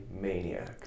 maniac